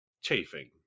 chafing